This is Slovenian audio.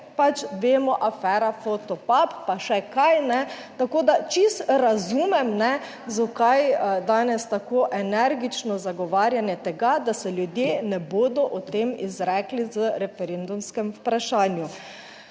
pač vemo, afera Fotopub pa še kaj, kajne. Tako, da čisto razumem, kajne, zakaj danes tako energično zagovarjanje tega, da se ljudje ne bodo o tem izrekli v referendumskem vprašanju.